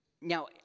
Now